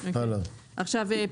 עכשיו,